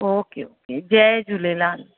okay okay जय झूलेलाल